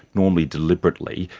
normally deliberately,